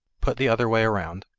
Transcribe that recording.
put the other way around,